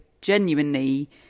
genuinely